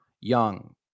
Young